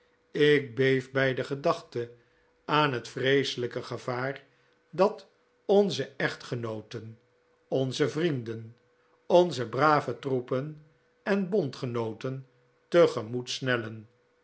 ik beef bij de gedachte aan het vreeselijke gevaar dat onze echtgenooten onze vrienden onze brave troepen en bondgenooten tegemoet snellen